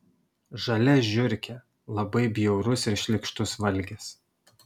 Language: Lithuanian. žalia žiurkė labai bjaurus ir šlykštus valgis